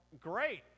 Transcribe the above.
great